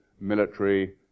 military